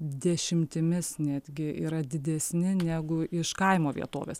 dešimtimis netgi yra didesni negu iš kaimo vietovės